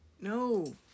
no